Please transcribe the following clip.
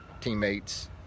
teammates